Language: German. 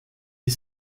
die